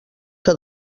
que